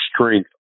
strength